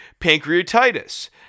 pancreatitis